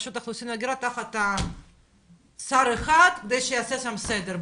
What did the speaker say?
רשות האוכלוסין והגירה תחת שר אחד ושיעשה שם סדר.